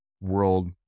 world